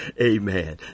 Amen